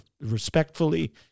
Respectfully